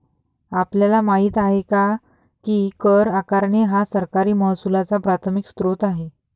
आपल्याला माहित आहे काय की कर आकारणी हा सरकारी महसुलाचा प्राथमिक स्त्रोत आहे